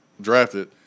drafted